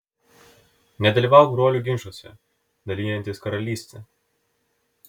nedalyvauk brolių ginčuose dalijantis karalystę